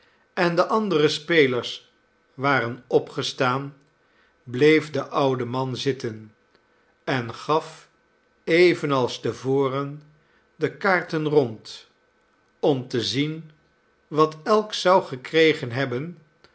en de and ere spelers waren opgestaan bleef de oude man zitten en gaf evenals te voren de kaarten rond om te zien wat elk zou gekregen hebben